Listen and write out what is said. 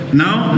now